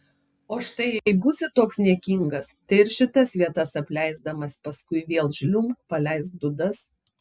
o štai jei būsi toks niekingas tai ir šitas vietas apleisdamas paskui vėl žliumbk paleisk dūdas